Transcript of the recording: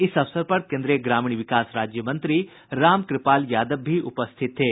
इस अवसर पर केन्द्रीय ग्रामीण विकास राज्य मंत्री रामकृपाल यादव भी उपस्थित थे